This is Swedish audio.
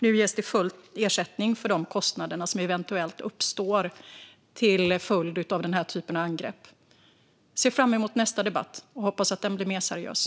Nu ges full ersättning för de kostnader som eventuellt uppstår till följd av den här typen av angrepp. Jag ser fram emot nästa debatt och hoppas att den blir mer seriös.